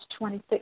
26